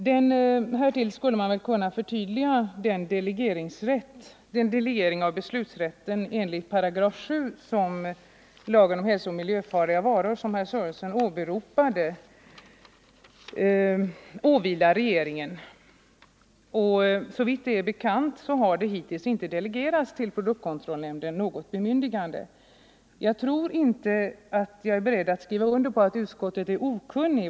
Man skulle kunna förtydliga detta med att den delegering av beslutsrätten enligt 7 § lagen om hälsooch miljöfarliga varor, som herr Sörenson åberopade, åvilar regeringen. Såvitt det är bekant har inte något bemyndigande delegerats till produktkontrollnämnden. Jag är inte beredd att skriva under på att utskottet är okunnigt.